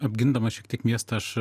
apgindamas šiek tiek miestą aš